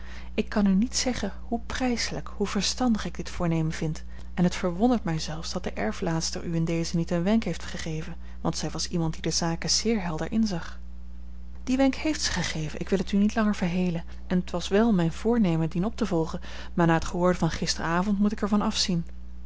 ik kan u niet zeggen hoe prijselijk hoe verstandig ik dit voornemen vind en het verwondert mij zelfs dat de erflaatster u in dezen niet een wenk heeft gegeven want zij was iemand die de zaken zeer helder inzag dien wenk heeft ze gegeven ik wil het u niet langer verhelen en t was wel mijn voornemen dien op te volgen maar na het gehoorde van gisterenavond moet ik er van afzien